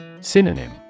Synonym